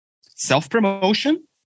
Self-promotion